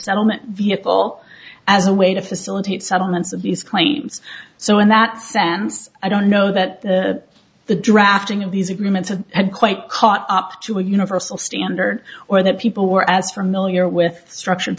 settlement vehicle as a way to facilitate settlements of these claims so in that sense i don't know that the the drafting of these agreements had quite caught up to a universal standard or that people were as for mill your with structured